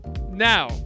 now